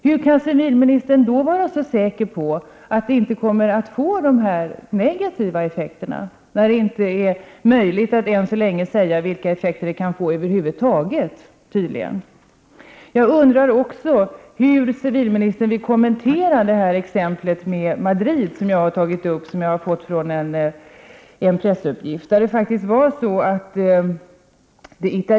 Hur kan civilministern vara så säker på att det inte kommer att bli sådana negativa effekter, när det tydligen än så länge över huvud taget inte är möjligt att säga vilka effekter det kan få? Jag undrar vidare hur civilministern vill kommentera Milanoexemplet, som jag har fått från en pressuppgift.